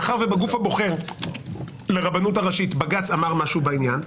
מאחר שבגוף הבוחר לרבנות הרשאית בג"ץ אמר משהו בעניין,